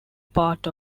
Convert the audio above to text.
part